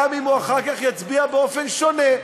גם אם הוא אחר כך יצביע באופן שונה,